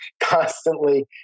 constantly